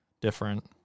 different